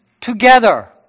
together